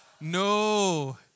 no